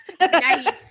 nice